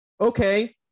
okay